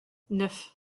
neuf